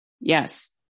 yes